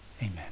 Amen